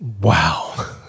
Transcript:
Wow